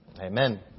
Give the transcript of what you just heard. Amen